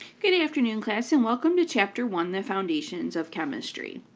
good afternoon, class, and welcome to chapter one the foundations of chemistry.